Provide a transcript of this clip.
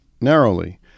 narrowly